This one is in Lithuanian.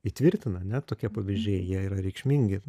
įtvirtina ne tokie pavyzdžiai jie yra reikšmingi